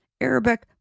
Arabic